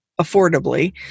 affordably